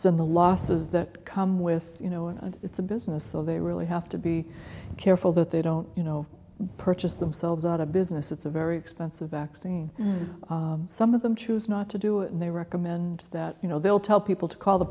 and the losses that come with you know a it's a business so they really have to be careful that they don't you know purchase themselves out of business it's a very expensive vaccine some of them choose not to do it and they recommend that you know they'll tell people to call the